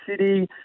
city